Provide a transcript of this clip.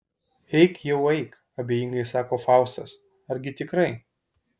eik jau eik abejingai sako faustas argi tikrai